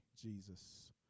Jesus